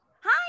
Hi